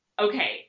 Okay